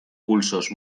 pulsos